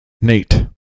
Nate